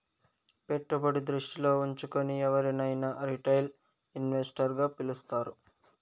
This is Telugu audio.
పెట్టుబడి దృష్టిలో ఉంచుకుని ఎవరినైనా రిటైల్ ఇన్వెస్టర్ గా పిలుస్తారు